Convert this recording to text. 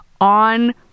on